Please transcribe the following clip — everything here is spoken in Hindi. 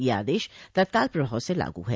यह आदेश तत्काल प्रभाव से लागू है